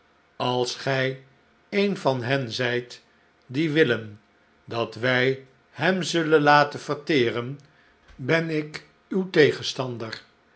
als gij een van hen zijt die willen dat wij hem zullen laten verteren ben ik uw tegenstander